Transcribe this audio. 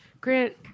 Grant